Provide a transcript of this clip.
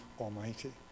almighty